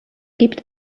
gibt